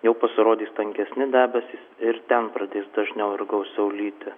jau pasirodys tankesni debesys ir ten pradės dažniau ir gausiau lyti